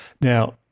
Now